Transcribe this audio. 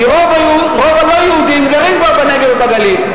כי רוב הלא-יהודים כבר גרים בנגב ובגליל.